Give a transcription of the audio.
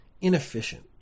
inefficient